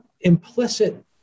implicit